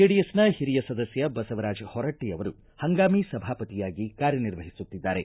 ಜೆಡಿಎಸ್ನ ಹಿರಿಯ ಸದಸ್ಯ ಬಸವರಾಜ ಹೊರಟ್ಟ ಅವರು ಹಂಗಾಮಿ ಸಭಾಪತಿಯಾಗಿ ಕಾರ್ಯ ನಿರ್ವಹಿಸುತ್ತಿದ್ದಾರೆ